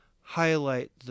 highlight